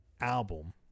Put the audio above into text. album